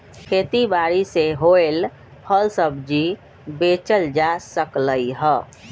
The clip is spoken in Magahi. खेती बारी से होएल फल सब्जी बेचल जा सकलई ह